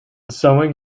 sewing